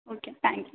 okay thank you